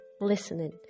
listening